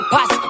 Pass